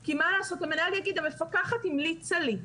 כי מה לעשות, המנהל יגיד: המפקחת המליצה לי.